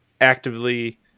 actively